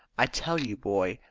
i tell you, boy,